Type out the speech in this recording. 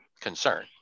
Concern